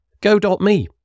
go.me